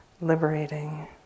liberating